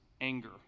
anger